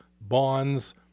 bonds